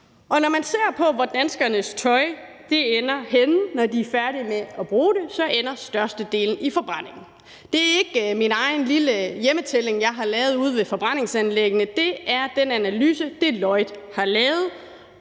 Og når man ser på, hvor danskernes tøj ender henne, når de er færdige med at bruge det, så ender størstedelen i forbrændingen. Det er ikke min egen lille hjemmetælling, som jeg har lavet ude ved forbrændningsanlæggene; det er den analyse, som Deloitte har lavet